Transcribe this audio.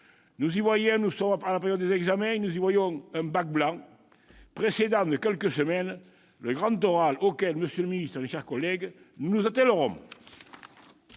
notre part- nous sommes à la période des examens -, nous y voyons un bac blanc, précédant de quelques semaines le grand oral auquel, monsieur le ministre, mes chers collègues, nous nous attellerons.